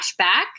flashback